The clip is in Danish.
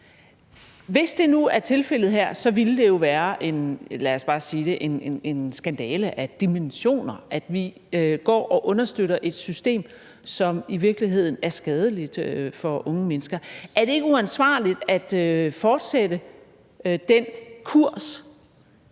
Hvis det nu er tilfældet her, ville det jo være – lad os bare sige det – en skandale af dimensioner, at vi går og understøtter et system, som i virkeligheden er skadeligt for unge mennesker. Er det ikke uansvarligt at fortsætte den kurs